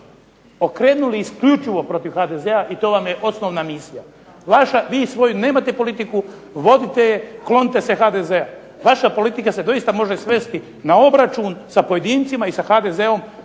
okrenuli isključivo protiv HDZ-a i to vam je osnovna misija. Vaša vi svoju nemate politiku, vodite je klonite se HDZ-a. vaša politika se doista može svesti na obračun sa pojedincima i sa HDZ-om